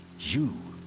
you.